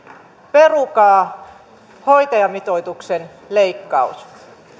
perukaa hoitajamitoituksen leikkaus